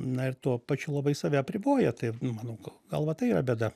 na ir tuo pačiu labai save apriboja tai mano galva tai yra bėda